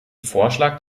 vorschlag